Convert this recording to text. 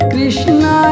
Krishna